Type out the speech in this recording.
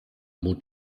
mut